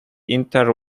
inter